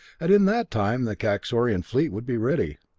and in that time the kaxorian fleet would be ready.